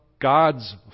God's